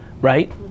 Right